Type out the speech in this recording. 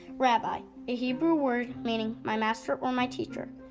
rabbi, a hebrew word meaning my master or my teacher.